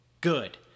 Good